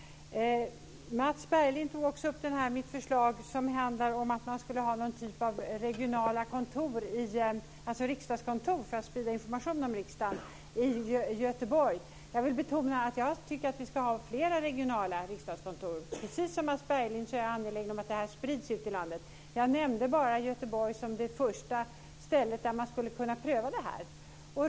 Mats Berglind tog också upp mitt förslag som handlar om att man skulle ha någon typ av regionala riksdagskontor för att sprida information om riksdagen i Göteborg. Jag vill betona att jag tycker att vi ska ha flera regionala riksdagskontor. Precis som Mats Berglind är jag angelägen om att det här sprids ut i landet. Jag nämnde bara Göteborg som det första stället där man skulle kunna pröva det här.